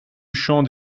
champ